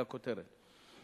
זו הכותרת,